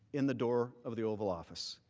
in the door of the oval office.